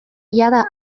jada